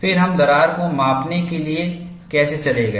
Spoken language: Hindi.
फिर हम दरार को मापने के लिए कैसे चले गए